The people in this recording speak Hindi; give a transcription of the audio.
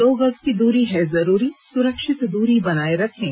दो गज की दूरी है जरूरी सुरक्षित दूरी बनाए रखें